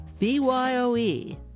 BYOE